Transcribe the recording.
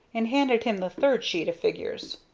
and handed him the third sheet of figures.